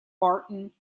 barton